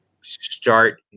start